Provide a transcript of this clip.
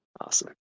awesome